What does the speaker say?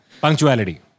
punctuality